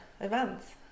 events